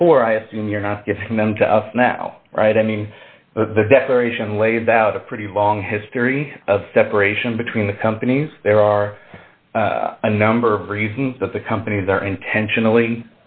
before i assume you're not getting them to us now right i mean the declaration laid out a pretty long history of separation between the companies there are a number of reasons that the companies are intentionally